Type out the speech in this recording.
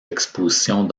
expositions